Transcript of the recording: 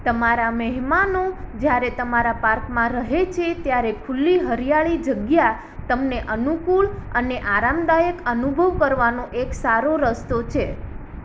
તમારા મહેમાનો જ્યારે તમારા પાર્કમાં રહે છે ત્યારે ખુલ્લી હરિયાળી જગ્યા તમને અનુકુળ અને આરામદાયક અનુભવ કરવાનો એક સારો રસ્તો છે